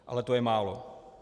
Ale to je málo.